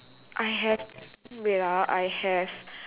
I have wait ah I have